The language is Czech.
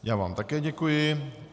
Já vám také děkuji.